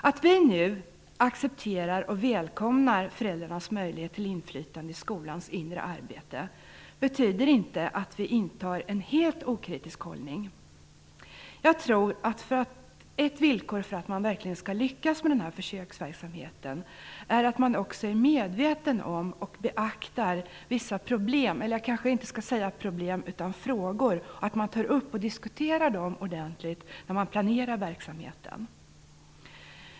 Att vi nu accepterar och välkomnar föräldrarnas möjlighet till inflytande i skolans inre arbete betyder inte att vi intar en helt okritisk hållning. Jag tror att ett villkor för att man verkligen skall lyckas med försöksverksamheten är att man också är medveten om och beaktar vissa frågor och att man tar upp och diskuterar dem ordentligt när man planerar verksamheten.